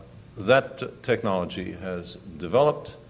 that technology has developed